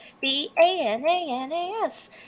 B-A-N-A-N-A-S